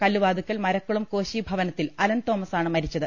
കല്ലുവാതുക്കൽ മരക്കുളം കോശി ഭവനത്തിൽ അലൻതോമസ് ആണ് മരിച്ചത്